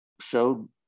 showed